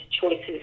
choices